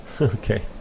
Okay